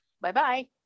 Bye-bye